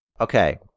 Okay